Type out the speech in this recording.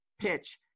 PITCH